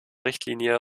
richtlinie